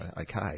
okay